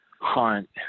hunt